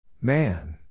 Man